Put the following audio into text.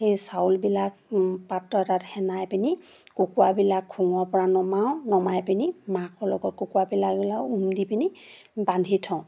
সেই চাউলবিলাক পাত্ৰ এটাত সেনাই পিনি কুকুৰাবিলাক খুঙৰ পৰা নমাওঁ নমাই পিনি মাকৰ লগত কুকুৰাবিলাক লওঁ উম দি পিনি বান্ধি থওঁ